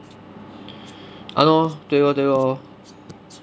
!hannor! 对 lor 对 lor